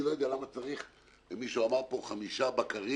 אני לא יודע למה צריך חמישה בקרים,